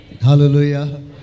Hallelujah